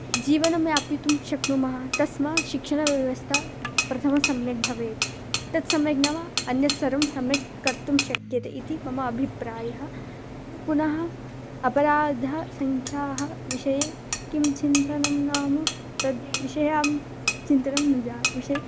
जीवनं यापयितुं शक्नुमः तस्मात् शिक्षणव्यवस्था प्रथमं सम्यक् भवेत् तत् सम्यक् नाम अन्यत् सर्वं सम्यक् कर्तुं शक्यते इति मम अभिप्रायः पुनः अपराधसङ्ख्यायाः विषये किं चिन्तनं नाम तद् विषये चिन्तनं न जा विषये